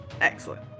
Excellent